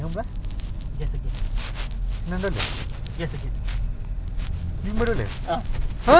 side lace is always small cutting so aku punya side lace sempit muat tu kaki engkau aku punya centre lace lagi oh